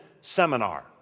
seminar